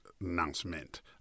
announcement